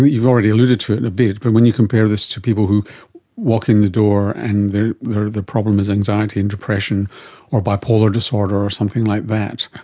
you've already alluded to it a bit, but when you compare this to people who walk in the door and the the problem is anxiety and depression or bipolar disorder or something like that,